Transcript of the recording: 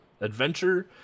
adventure